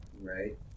Right